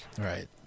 Right